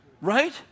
right